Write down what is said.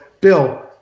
Bill